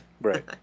Right